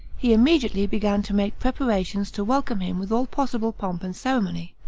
he immediately began to make preparations to welcome him with all possible pomp and ceremony.